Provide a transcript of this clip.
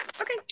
okay